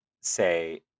say